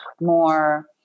more